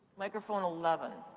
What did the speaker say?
microphone eleven.